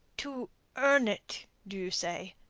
to earn it, do you say?